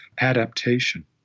adaptation